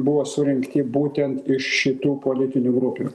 buvo surinkti būtent iš šitų politinių grupių